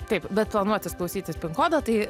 taip bet planuotis klausytis pin kodą tai